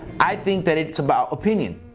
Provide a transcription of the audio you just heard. i think that it's about opinion.